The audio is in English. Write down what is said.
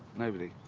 nobody.